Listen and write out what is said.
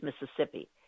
Mississippi